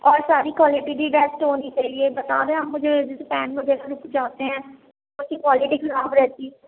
اور ساری کوالٹی بھی بیسٹ ہونی چاہیے بتا دیں آپ مجھے جیسے پین وغیرہ رُک جاتے ہیں اُس کی کوالٹی خراب رہتی